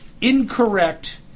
incorrect